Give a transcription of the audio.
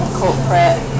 corporate